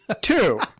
Two